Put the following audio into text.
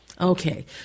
Okay